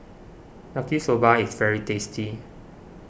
Yaki Soba is very tasty